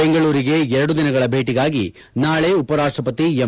ಬೆಂಗಳೂರಿಗೆ ಎರಡು ದಿನಗಳ ಭೇಟಿಗಾಗಿ ನಾಳೆ ಉಪರಾಷ್ಟಪತಿ ಎಂ